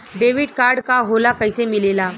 Debit card का होला कैसे मिलेला?